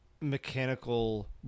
mechanical